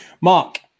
Mark